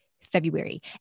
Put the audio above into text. February